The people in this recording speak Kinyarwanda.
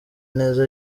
neza